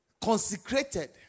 consecrated